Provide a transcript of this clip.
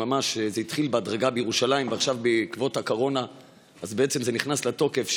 וזה התחיל בהדרגה בירושלים ובעקבות הקורונה נכנס לתוקף,